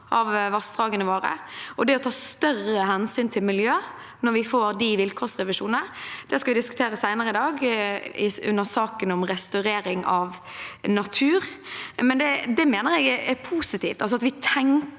Det å ta større hensyn til miljø når vi får de vilkårsrevisjonene – som vi skal diskutere senere i dag under saken om restaurering av natur – mener jeg er positivt.